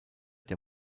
der